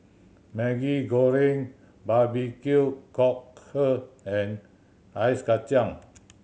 Maggi Goreng barbecue cockle and ice kacang